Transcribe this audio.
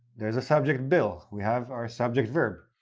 there's a subject, bill. we have our subject-verb.